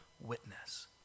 witness